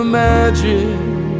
magic